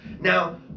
now